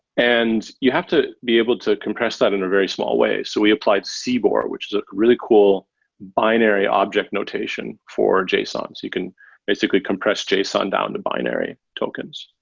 and you have to be able to compress that in a very small way. so we applied cbor, which is a really cool binary object notation for json. so you can basically compress json down to binary tokens.